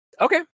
Okay